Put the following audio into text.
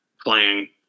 playing